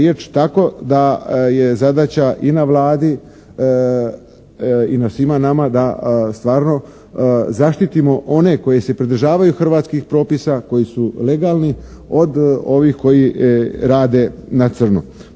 riječ. Tako da je zadaća i na Vladi i na svima nama da stvarno zaštitimo one koji se pridržavaju hrvatskih propisa, koji su legalni, od ovih koji rade na crno.